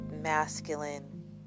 masculine